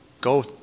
go